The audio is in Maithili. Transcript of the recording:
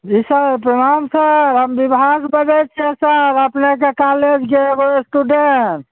जी सर प्रणाम सर हम विभास बजै छिए सर अपनेके कॉलेजके स्टुडेन्ट